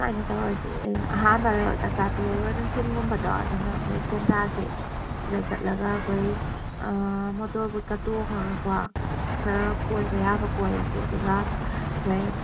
ꯁꯨꯃꯥꯏꯅ ꯇꯧꯔꯁꯤ ꯑꯍꯥꯟꯕꯗ ꯆꯥꯛꯆꯥ ꯇꯣꯛꯑꯒ ꯅꯨꯡꯊꯤꯟꯒꯨꯝꯕꯗꯣ ꯑꯗꯨꯅ ꯑꯩꯈꯣꯏ ꯁꯦꯟꯗ꯭ꯔꯥꯁꯦ ꯁꯤꯗ ꯆꯠꯂꯒ ꯑꯩꯈꯣꯏ ꯃꯣꯇꯣꯔꯕꯨꯠꯀ ꯇꯣꯡꯉꯒꯀꯣ ꯈꯔ ꯀꯣꯏꯕ ꯌꯥꯕ ꯀꯣꯏꯔꯁꯤ ꯑꯗꯨꯒ ꯑꯩꯈꯣꯏ